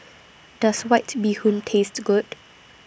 Does White Bee Hoon Taste Good